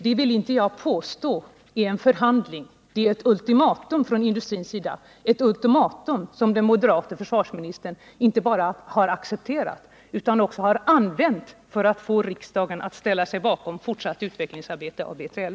Jag vill inte påstå att det är en förhandling; det är ett ultimatum från industrins sida, ett ultimatum som den moderate försvarsministern inte bara har accepterat utan också använt för att få riksdagen att ställa sig bakom fortsatt utveckling av B3LA.